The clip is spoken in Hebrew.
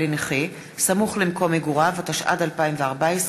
התשע"ד 2014,